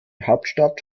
hauptstadt